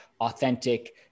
authentic